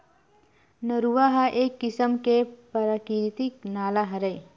नरूवा ह एक किसम के पराकिरितिक नाला हरय